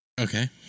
Okay